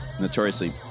notoriously